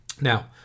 Now